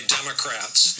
Democrats